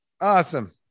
Awesome